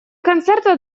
концерта